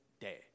day